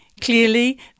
Clearly